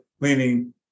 cleaning